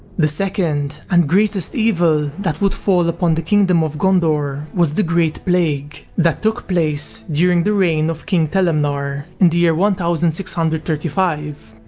the second and greatest evil that would fall upon the kingdom of gondor was the great plague, that took place during the reign of king telemnar in the year one thousand six hundred and thirty five.